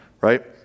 right